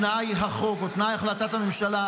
שתנאי החוק או תנאי החלטת הממשלה,